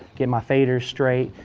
get my faders straight,